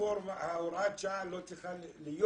הוראת השעה לא צריכה להיות,